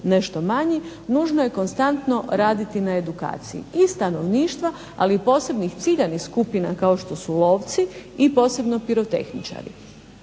nešto manji, nužno je konstantno raditi na edukaciji i stanovništva ali i posebnih ciljanih skupina kao što su lovci i posebno pirotehničari.